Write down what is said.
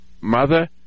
mother